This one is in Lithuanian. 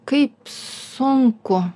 kaip sunku